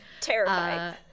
Terrified